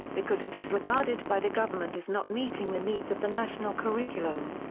because it is regarded by the government as not meeting the needs of the national curriculum.